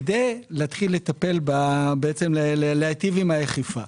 כדי להיטיב עם האכיפה.